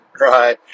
right